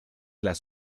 las